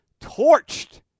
torched